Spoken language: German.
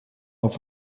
auf